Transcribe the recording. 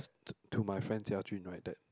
to my friend Jia Jun right that